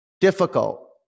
difficult